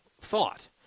thought